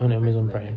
amazon prime